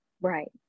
Right